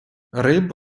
риб